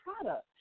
product